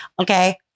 Okay